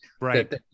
Right